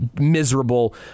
miserable